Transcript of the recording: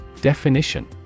Definition